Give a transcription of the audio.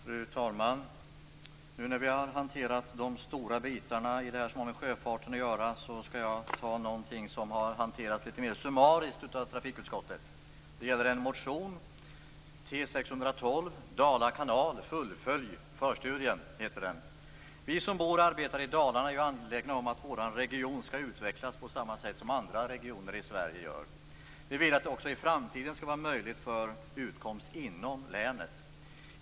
Fru talman! Nu när vi har hanterat de stora bitarna i det som har med sjöfart att göra skall jag ta upp något som har hanterats lite mer summariskt av trafikutskottet. Det gäller motion T612, Dala kanal. Vi som bor och arbetar i Dalarna är angelägna om att vår region skall utvecklas på samma sätt som andra regioner i Sverige. Vi vill att det också i framtiden skall vara möjligt att få sin utkomst inom länet.